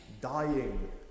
Dying